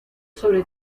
sobre